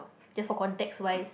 just for context wise